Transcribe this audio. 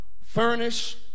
furnish